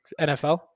NFL